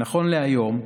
נכון להיום,